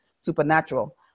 supernatural